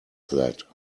that